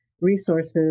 resources